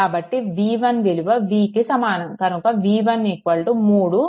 కాబట్టి v1 విలువ vకి సమానం కనుక v1 3 i3